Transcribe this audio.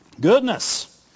Goodness